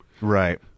Right